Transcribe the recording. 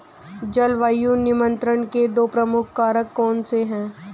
जलवायु नियंत्रण के दो प्रमुख कारक कौन से हैं?